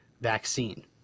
vaccine